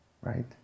right